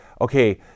okay